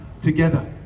together